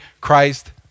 Christ